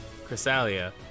Chrysalia